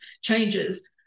changes